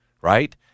right